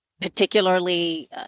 particularly